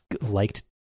liked